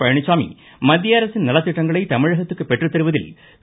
பழனிச்சாமி மத்திய அரசின் நலத்திட்டங்களை தமிழகத்திற்கு பெற்றுத்தருவதில் திரு